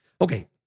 Okay